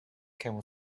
camel